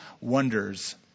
wonders